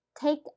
take